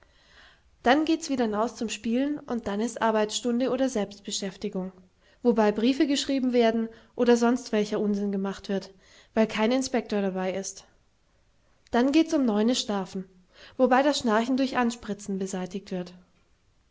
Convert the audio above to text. dann gehts wieder naus zum spielen und dann ist arbeitsstunde oder selbstbeschäftigung wobei briefe geschrieben werden oder sonst welcher unsinn gemacht wird weil kein inspektor dabei ist dann gehts um neune schlafen wobei das schnarchen durch anspritzen beseitigt wird